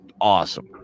awesome